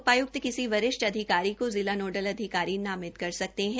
उपायुक्त किसी वरिष्ठ अधिकारी को जिला नोडल अधिकारी नामित कर सकते हैं